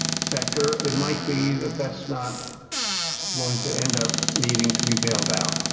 sector, it might be that that's not going to end up needing to be bailed out.